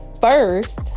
first